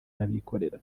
n’abikorera